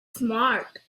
smart